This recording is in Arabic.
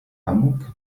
عمك